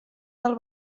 del